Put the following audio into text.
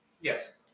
Yes